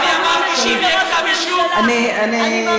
כי אני אמרתי שאם יהיה כתב אישום, שלי, 20